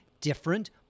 different